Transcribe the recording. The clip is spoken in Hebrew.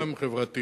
לוחם חברתי